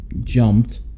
jumped